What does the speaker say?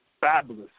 fabulous